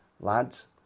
lads